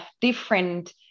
different